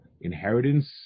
inheritance